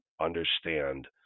understand